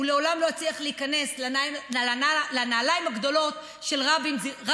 הוא לעולם לא יצליח להיכנס לנעליים הגדולות של רבין,